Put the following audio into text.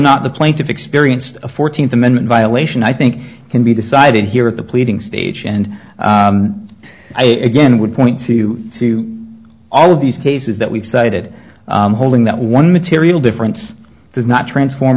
not the plaintiff experienced a fourteenth amendment violation i think can be decided here at the pleading stage and i again would point to all these cases that we've cited holding that one material difference does not transform